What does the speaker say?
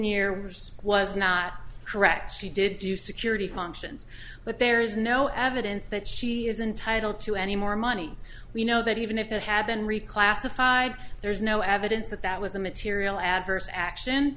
was was not correct she did do security functions but there is no evidence that she is entitle to any more money we know that even if it had been reclassified there's no evidence that that was a material adverse